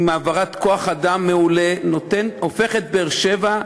עם העברת כוח-אדם מעולה, זה הופך את באר-שבע,